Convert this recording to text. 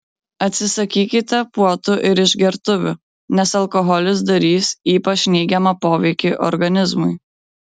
atsisakykite puotų ir išgertuvių nes alkoholis darys ypač neigiamą poveikį organizmui